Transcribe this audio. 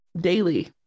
daily